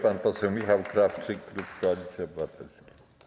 Pan poseł Michał Krawczyk, klub Koalicji Obywatelskiej.